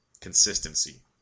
Consistency